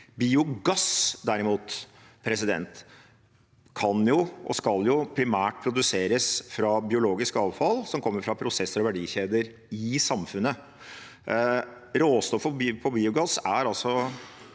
Biogass, derimot, kan og skal primært produseres fra biologisk avfall som kommer fra prosesser og verdikjeder i samfunnet. Råstoff til biogass er